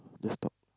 just talk